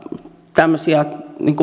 tämmöisiä